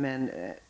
Detta